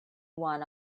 one